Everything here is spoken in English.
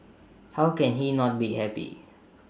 how can he not be happy